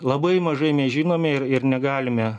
labai mažai mes žinome ir ir negalime